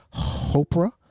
Hopra